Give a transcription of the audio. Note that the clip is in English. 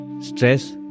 stress